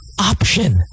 option